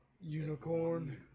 unicorn